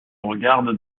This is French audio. regarde